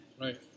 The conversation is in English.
Right